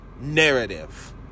narrative